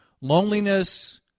Loneliness